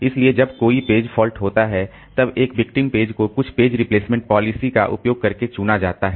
इसलिए जब कोई पेज फॉल्ट होता है तब एक विक्टिम पेज को कुछ पेज रिप्लेसमेंट पॉलिसी का उपयोग करके चुना जाता है